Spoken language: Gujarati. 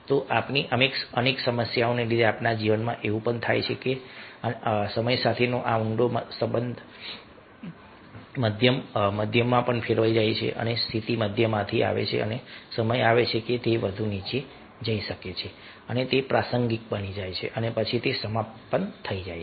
તો આપણી અનેક સમસ્યાઓને લીધે આપણા જીવનમાં એવું શું થાય છે કે સમય સાથેનો આ ઊંડો સંબંધ મધ્યમમાં ફેરવાઈ જાય છે અને સ્થિતિ મધ્યમમાંથી આવે છે સમય આવે છે કે તે વધુ નીચે જાય છે અને તે પ્રાસંગિક બની જાય છે અને પછી તે સમાપ્ત થાય છે